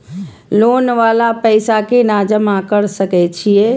Loan वाला पैसा केना जमा कर सके छीये?